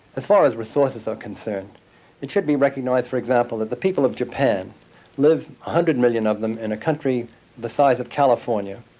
as far as resources are concerned it should be recognised, for example, that the people of japan live, one hundred million of them, in a country the size of california.